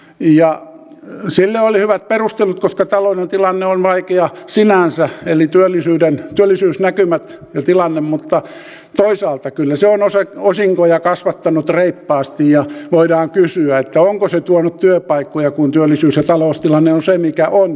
sille oli hyvät perustelut koska taloudellinen tilanne on vaikea sinänsä eli työllisyysnäkymät ja tilanne mutta toisaalta kyllä se on osinkoja kasvattanut reippaasti ja voidaan kysyä onko se tuonut työpaikkoja kun työllisyys ja taloustilanne on tänä päivänä se mikä on